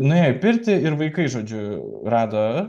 nuėjo į pirtį ir vaikai žodžiu rado